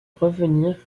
revenir